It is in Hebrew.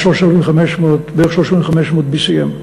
יש בערך BCM 3,500,